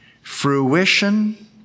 fruition